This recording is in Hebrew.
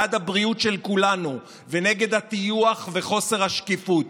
בעד הבריאות של כולנו ונגד הטיוח וחוסר השקיפות.